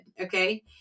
Okay